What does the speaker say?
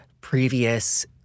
previous